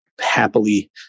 happily